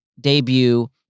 debut